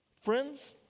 Friends